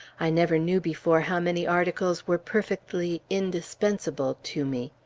i never knew before how many articles were perfectly indispensable to me.